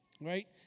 Right